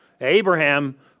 Abraham